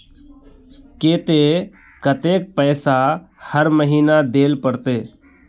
केते कतेक पैसा हर महीना देल पड़ते?